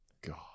god